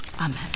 Amen